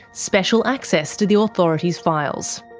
special access to the authority's files.